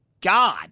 God